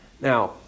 Now